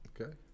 Okay